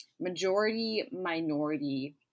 majority-minority